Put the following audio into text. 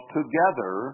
together